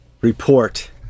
Report